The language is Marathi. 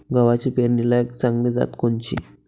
गव्हाची पेरनीलायक चांगली जात कोनची?